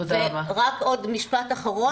עוד משפט אחרון.